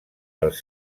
els